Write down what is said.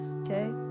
okay